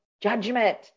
judgment